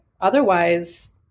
Otherwise